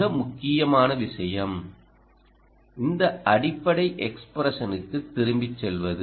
மிக முக்கியமான விஷயம் இந்த அடிப்படை எக்ஸ்ப்ரஷனுக்கு திரும்பிச் செல்வது